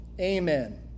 amen